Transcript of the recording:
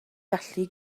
gallu